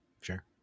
sure